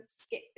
skip